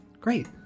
Great